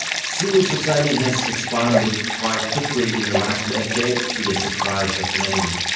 civil society has expanded quite quickly in the last decade, to the surprise of many.